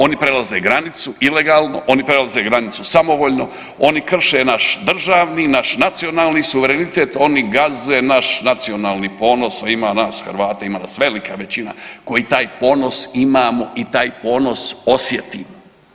Oni prelaze granicu ilegalno, oni prelaze granicu samovoljno, oni krše naš državni, naš nacionalni suverenitet, oni gaze naš nacionalni ponos, a ima nas Hrvata, ima nas velika većina koji taj ponos imamo i taj ponos osjetimo.